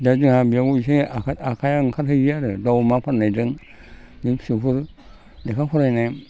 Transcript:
दा जोंहा बेयाव इसे आखाइया ओंखारहैयो आरो दाउ अमा फाननायजों बिदिनो फिसौफोर लेखा फरायनाय